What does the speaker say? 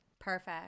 Perfect